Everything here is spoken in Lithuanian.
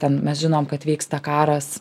ten mes žinom kad vyksta karas